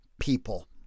people